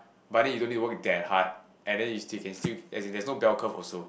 but if you didn't working that hard and then you still can still and you can still well come also